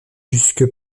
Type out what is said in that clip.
jusque